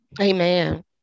Amen